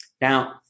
Now